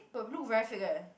but look very fake eh